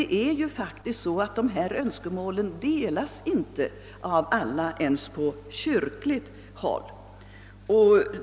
Det är dock faktiskt så att herr Werners önskemål inte delas av alla ens på kyrkligt håll.